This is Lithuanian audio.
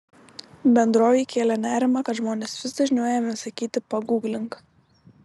bendrovei kėlė nerimą kad žmonės vis dažniau ėmė sakyti paguglink